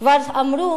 כבר אמרו